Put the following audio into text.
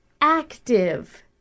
active